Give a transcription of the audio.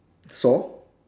saw